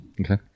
Okay